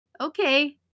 okay